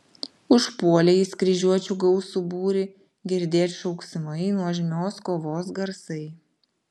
užpuolė jis kryžiuočių gausų būrį girdėt šauksmai nuožmios kovos garsai